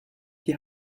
die